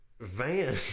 Van